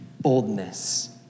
boldness